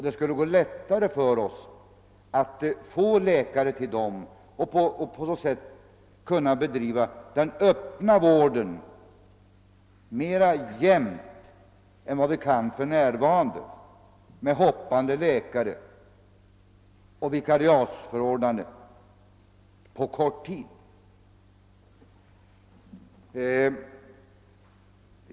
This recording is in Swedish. Det skulle gå lättare för oss att få läkare till dem och på så sätt kunna bedriva den öppna vården mera jämnt än för närvarande med »hoppande« läkare och vikariatsförordnanden på kort tid.